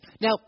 Now